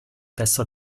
testa